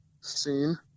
scene